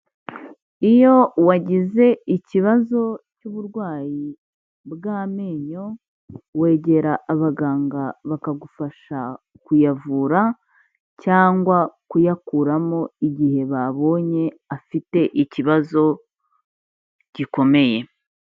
Iyo wagize ikibazo cy'uburwayi bw'amenyo, wegera abaganga bakagufasha kuyavura, cyangwa kuyakuramo igihe babonye afite ikibazo, gikomeye.